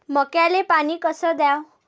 मक्याले पानी कस द्याव?